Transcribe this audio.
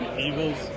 evils